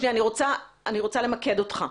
משה, אני רוצה למקד אותך.